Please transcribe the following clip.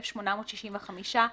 43,865 שקלים חדשים.